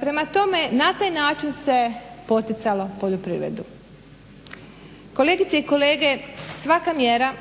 Prema tome, na taj način se poticalo poljoprivredu. Kolegice i kolege svaka mjera